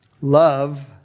Love